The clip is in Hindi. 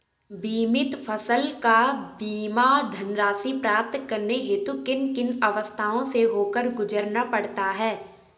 बीमित फसल का बीमा धनराशि प्राप्त करने हेतु किन किन अवस्थाओं से होकर गुजरना पड़ता है?